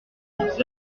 ils